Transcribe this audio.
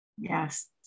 Yes